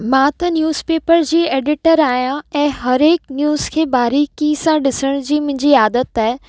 मां त newspaper जी एडीटर आहियां ऐं हरेक न्यूज़ खे बारीक़ीअ सां ॾिसण जी मुंहिंजी आदति आहे